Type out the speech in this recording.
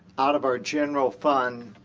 out of our general fund,